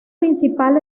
principal